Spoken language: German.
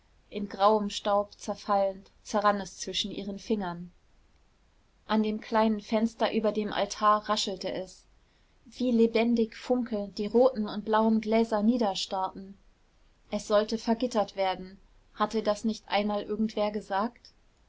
in grauen staub zerfallend zerrann es zwischen ihren fingern an dem kleinen fenster über dem altar raschelte es wie lebendig funkelnd die roten und blauen gläser niederstarrten es sollte vergittert werden hatte das nicht einmal irgendwer gesagt